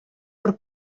per